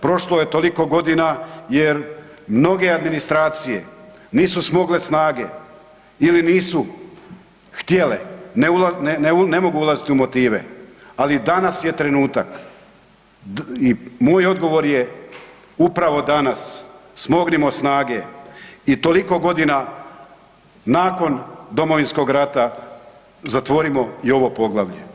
Prošlo je toliko godina jer mnoge administracije nisu smogle snage ili nisu htjele, ne .../nerazumljivo/... ne mogu ulaziti u motive, ali danas je trenutak i moj odgovor je upravo danas, smognimo snage i toliko godina nakon Domovinskog rata zatvorimo i ovo poglavlje.